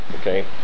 Okay